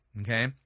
okay